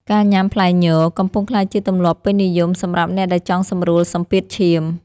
ការញ៉ាំផ្លែញ កំពុងក្លាយជាទម្លាប់ពេញនិយមសម្រាប់អ្នកដែលចង់សម្រួលសម្ពាធឈាម។